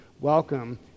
welcome